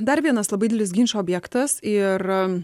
dar vienas labai didelis ginčo objektas ir